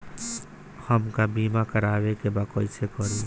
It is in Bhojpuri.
हमका बीमा करावे के बा कईसे करी?